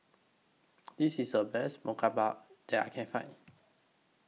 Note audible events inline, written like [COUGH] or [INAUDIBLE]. This IS The Best [UNINTELLIGIBLE] that I Can Find